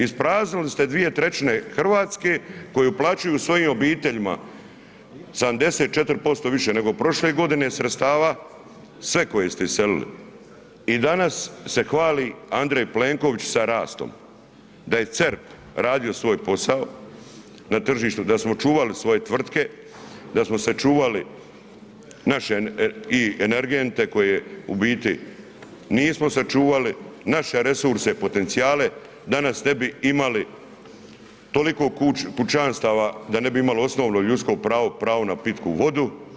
Ispraznili ste dvije trećine Hrvatske koji uplaćuju svojim obiteljima 74% više nego prošle godine sredstava, sve koje ste iselili i danas se hvali Andrej Plenković sa rastom, da je CERP radio svoj posao na tržištu, da smo sačuvali svoje tvrtke, da smo sačuvali naše energente koje u biti nismo sačuvali, naše resurse potencijale danas ne bi imali toliko kućanstava da ne bi imalo osnovno ljudsko pravo, pravo na pitku vodu.